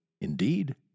Indeed